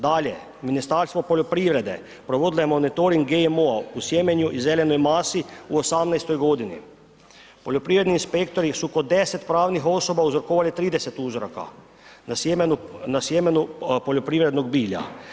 Dalje, Ministarstvo poljoprivrede provodilo je monitoring GMO-a u sjemenju i zelenoj masu u 2018. g. Poljoprivredni inspektori su oko 10 pravnih osoba uzorkovali 30 uzoraka, na sjemenu poljoprivrednog bilja.